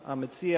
המציע,